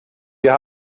wir